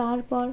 তারপর